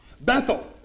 Bethel